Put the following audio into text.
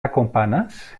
akompanas